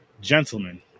gentlemen